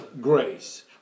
grace